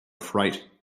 fright